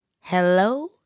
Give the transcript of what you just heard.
Hello